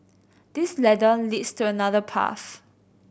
this ladder leads to another path